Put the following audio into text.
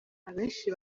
abenshi